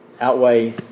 outweigh